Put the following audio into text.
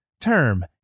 term